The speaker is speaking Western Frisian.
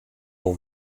wol